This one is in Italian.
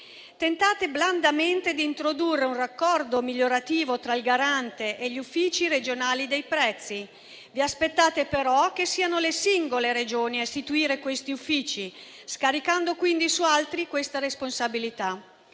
Tentate blandamente di introdurre un raccordo migliorativo tra il Garante e gli uffici regionali dei prezzi. Vi aspettate però che siano le singole Regioni a istituire questi uffici, scaricando quindi su altri questa responsabilità;